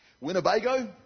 Winnebago